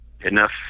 enough